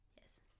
yes